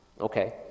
Okay